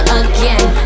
again